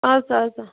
اَدٕ سا اَدٕ سا